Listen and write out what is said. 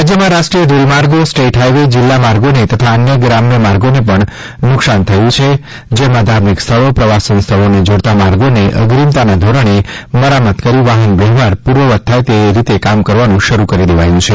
રાજ્યમાં રાષ્ટ્રીય ધોરીમાર્ગો સ્ટેટ હાઇવે જિલ્લા માર્ગોને તથા અન્ય ગ્રામ્ય માર્ગોને પણ નૂકસાન થયુ છે તેમાં જે ધાર્મિક સ્થળો પ્રવાસન સ્થળોને જોડતા માર્ગોને અગ્રીમતાના ધોરણે મરામત કરીને વાહનવ્યવહાર પુર્વવત થાય એ રીતે કામ કરવાનું શરૂ કરી દેવાયું છે